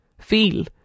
feel